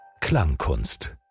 Klangkunst